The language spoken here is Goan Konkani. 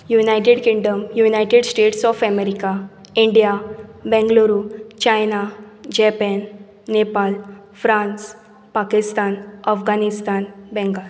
United Kingdom United States of America India Bengaluru China Japan Nepal France Pakistan Afghanistan Bengal